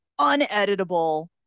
uneditable